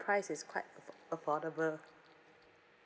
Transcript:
price is quite affor~ affordable